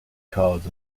cards